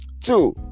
two